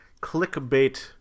clickbait